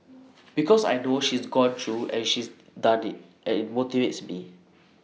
because I know she's gone through and she's done IT and IT motivates me